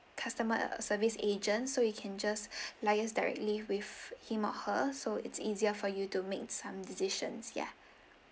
customer service agent so you can just liaise directly with him or her so it's easier for you to make some decisions yeah